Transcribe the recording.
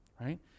right